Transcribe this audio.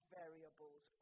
variables